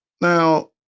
now